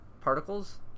particles